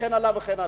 וכן הלאה וכן הלאה.